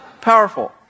Powerful